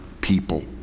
people